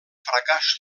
fracàs